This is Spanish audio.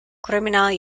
criminal